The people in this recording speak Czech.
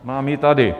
Mám ji tady.